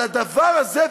על הדבר הזה?